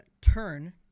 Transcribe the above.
turn